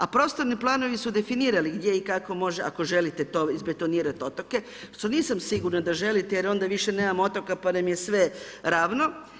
A prostorni planovi su definirani gdje i kako može, ako želite izbetonirat otoke, što nisam sigurna da želite jer onda više nemamo otoka, pa nam je sve ravno.